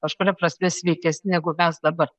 kažkuria prasme sveikesni negu mes dabar